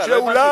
לא הבנתי,